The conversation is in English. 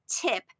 tip